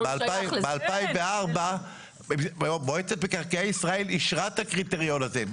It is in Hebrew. לא --- ב-2004 מועצת מקרקעי ישראל אישרה את הקריטריון הזה.